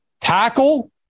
tackle